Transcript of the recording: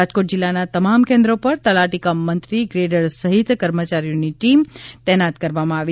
રાજકોટ જીલ્લાના તમામ કેન્દ્રો ઉપર તલાટી કમ મંત્રી ગ્રેડર સહિત કર્મચારીઓની ટીમ તૈનાત કરવામાં આવી છે